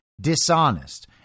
dishonest